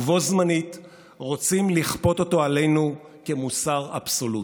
ובו-בזמן רוצים לכפות אותו עלינו כמוסר אבסולוטי.